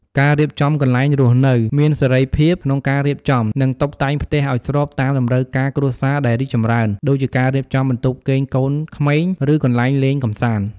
ការរៀបចំកន្លែងរស់នៅ មានសេរីភាពក្នុងការរៀបចំ និងតុបតែងផ្ទះឲ្យស្របតាមតម្រូវការគ្រួសារដែលរីកចម្រើន ដូចជាការរៀបចំបន្ទប់គេងកូនក្មេង ឬកន្លែងលេងកម្សាន្ត។